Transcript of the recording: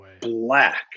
black